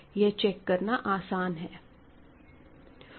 यह चेक करना आसान है